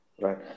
Right